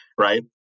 Right